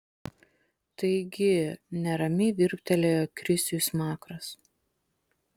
taigi neramiai virptelėjo krisiui smakras